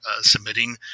submitting